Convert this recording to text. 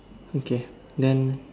okay then